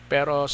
Pero